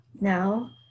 now